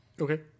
okay